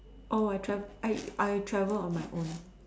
oh I travel I I travel on my own